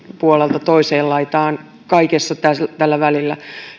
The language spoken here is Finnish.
puolelta toiseen laitaan ja kaikki tällä välillä